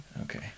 okay